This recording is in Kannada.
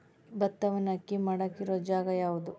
ಭತ್ತವನ್ನು ಅಕ್ಕಿ ಮಾಡಾಕ ಇರು ಜಾಗ ಯಾವುದು?